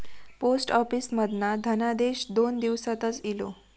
post office मधना धनादेश दोन दिवसातच इलो